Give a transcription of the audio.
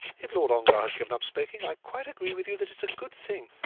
if lord ongar has given up smoking, i quite agree with you that it's a good thing.